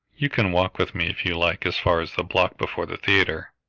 you can walk with me, if you like, as far as the block before the theatre.